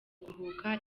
kuruhuka